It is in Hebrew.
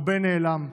הרבה נעלם,